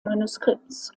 manuskripts